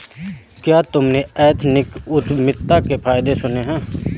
क्या तुमने एथनिक उद्यमिता के फायदे सुने हैं?